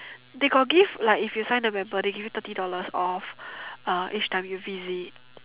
they got give like if you sign the member they give you thirty dollars off each time you visit